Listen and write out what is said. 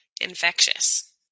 infectious